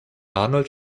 arnold